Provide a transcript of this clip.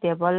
table